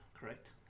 correct